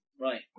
Right